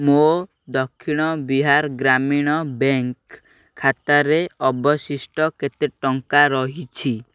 ମୋ ଦକ୍ଷିଣ ବିହାର ଗ୍ରାମୀଣ ବ୍ୟାଙ୍କ୍ ଖାତାରେ ଅବଶିଷ୍ଟ କେତେ ଟଙ୍କା ରହିଛି